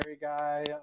guy